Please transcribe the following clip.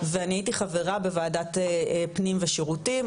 ואני הייתי חברה בוועדת פנים ושירותים,